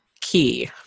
key